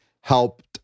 helped